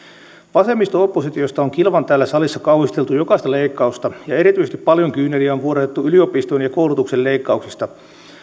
vasemmisto oppositiosta on kilvan täällä salissa kauhisteltu jokaista leikkausta ja erityisesti paljon kyyneliä on vuodatettu yliopistojen ja koulutuksen leikkauksista